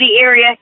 area